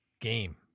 game